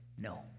no